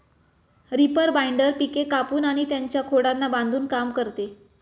reaper binder पिके कापून आणि त्यांच्या खोडांना बांधून काम करते